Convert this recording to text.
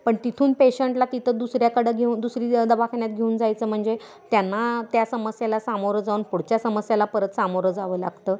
पण तिथून पेशंटला तिथं दुसऱ्याकडं घेऊन दुसरी दवाखान्यात घेऊन जायचं म्हणजे त्यांना त्या समस्येला सामोरं जाऊन पुढच्या समस्येला परत सामोरं जावं लागतं